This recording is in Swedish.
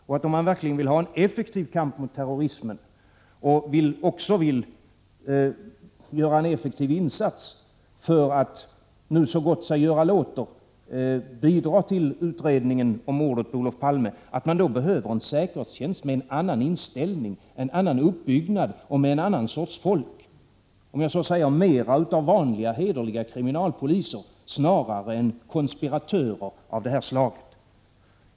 Om man verkligen vill ha en effektiv kamp mot terrorismen och göra en effektiv insats för att nu så gott sig göra låter bidra till utredningen om mordet på Olof Palme behöver man en säkerhetstjänst med en annan inställning, en annan uppbyggnad och med en annan sorts folk, så att säga mer av vanliga, hederliga kriminalpoliser snarare än konspiratörer av det här slaget.